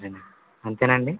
సరేనండి అంతేనండి